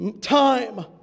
time